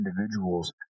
individuals